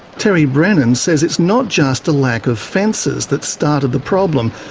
terry brennan says it's not just a lack of fences that started the problem.